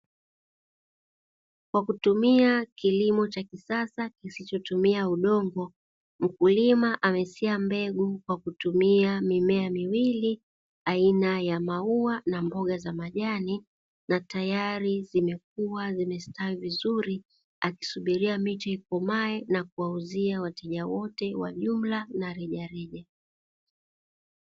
Kwa kutumia kilimo cha kisasa kisichotumia udongo mkulima amesema mbegu kwa kutumia mimea miwili aina ya maua na mboga za majani, na tayari zimekua zimestawi vizuri akisubiria miche ikomae na kuwauzia wateja wote wa jumla na rejareja.